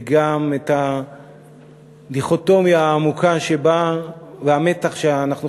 וגם את הדיכוטומיה העמוקה והמתח שאנחנו